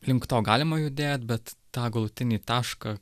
link to galima judėt bet tą galutinį tašką